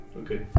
Okay